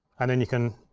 and then you can